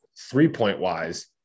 three-point-wise